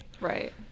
right